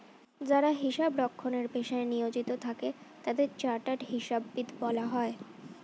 যারা হিসাব রক্ষণের পেশায় নিয়োজিত থাকে তাদের চার্টার্ড হিসাববিদ বলা হয়